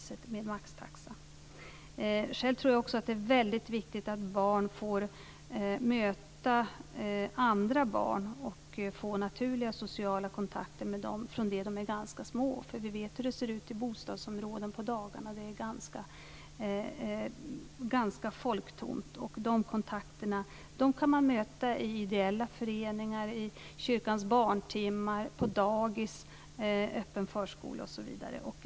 Själv tror jag att det är väldigt viktigt att barn får möta andra barn och få naturliga sociala kontakter med dem från det att de ganska små. Vi vet hur det ser ut i bostadsområden på dagarna. Det är ganska folktomt. De kontakterna kan de få i ideella föreningar, i kyrkans barntimmar, på dagis, i öppen förskola osv.